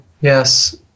Yes